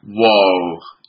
whoa